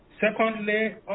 Secondly